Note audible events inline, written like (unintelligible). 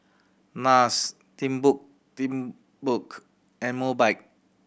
Nars (unintelligible) Timbuk and Mobike